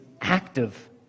active